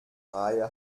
reihe